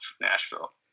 Nashville